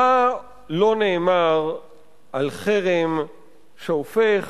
מה לא נאמר על חרם שהופך